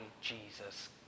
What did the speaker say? Jesus